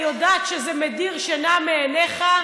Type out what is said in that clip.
אני יודעת שזה מדיר שינה מעיניך,